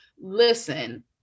listen